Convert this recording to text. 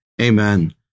Amen